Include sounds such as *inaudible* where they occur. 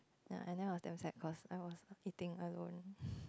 ya and then I was damn sad cause I was eating alone *laughs*